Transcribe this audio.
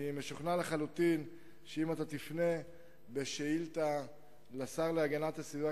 אני משוכנע לחלוטין שאם אתה תפנה בשאילתא לשר להגנת הסביבה,